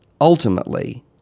ultimately